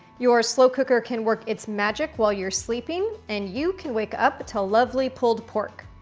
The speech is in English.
your slow cooker can work its magic while you're sleeping and you can wake up to lovely pulled pork.